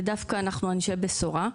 ודווקא אנחנו אנשי בשורה.